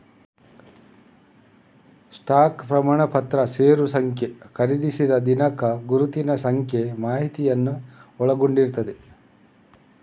stock ಪ್ರಮಾಣಪತ್ರ ಷೇರು ಸಂಖ್ಯೆ, ಖರೀದಿಸಿದ ದಿನಾಂಕ, ಗುರುತಿನ ಸಂಖ್ಯೆ ಮಾಹಿತಿಯನ್ನ ಒಳಗೊಂಡಿರ್ತದೆ